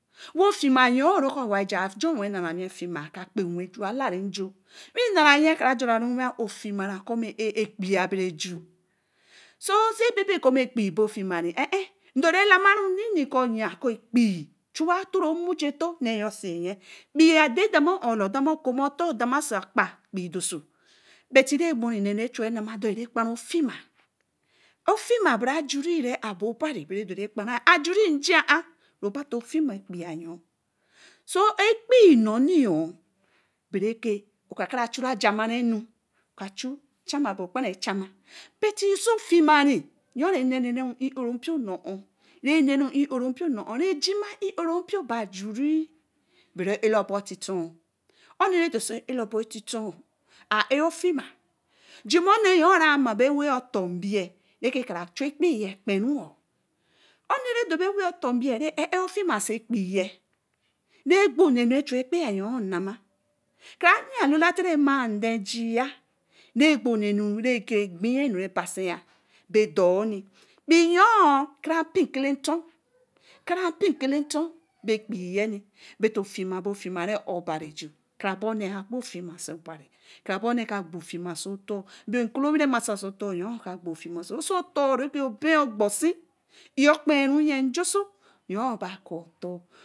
wo ofima-ōo re wacha joiwea n ara-ye fima ka gbe-wn ju alare ju wi nara-yi ka jon wen ooh fima kɔ̄ ɛkpii aberi juu so sa bebe kɔ ɛkpii bo fima ɛɛh ɛɛh dori lama nnene kɔ̄ ya kɔ̄ ɛkpii jua nmujito nee sa-ye ɛi ade demo-un dema okuma otor dema oso agba ɛkpii dor so buty remo nnenu ɛchuyi rhama dori kpara ofima. ofima bara ajuri re abor bari be dori ɛkparah. Ajuni n-jii-ah robaba to fima ɛkpii-yo so ɛkpii norni bereke okakara chura jama-enu okakara chu jama gbe gbara jama buty yor renene ɛurompio nor-un rejima ɛurompio be ajuri bara ɛlabo titou. oni re dorsi elabo titou a ɛa ofima jima oneyor ra ma bo-wel otobii reke kara ju ɛkpii-ye kpe-yor oni re dobe wel otobi re ɛɛ ofima so ɛkpii re gbgbo nnenu chu ɛkpii-yor nama kara yii alola teka ma nden jii-a re gbo nnenu re gbii do ɛkpii-yorkara mpikalator kara mpikalator be ɛkpii buty ofima be ofima re ae obari ju karaboni agbo ofima so bari karaboni so tor be kela owi remasi so tor-yor ka gboma ofima so so otor re obe-gbosi, ɛɛh ogwu re-yii njaso yoo ben aka otor